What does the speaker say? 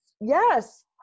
yes